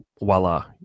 voila